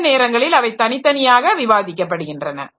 சில நேரங்களில் அவை தனித்தனியாக விவாதிக்கப்படுகின்றன